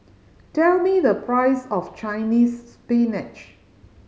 tell me the price of Chinese Spinach